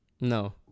No